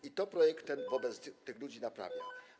I to projekt ten wobec tych ludzi naprawia.